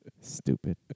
Stupid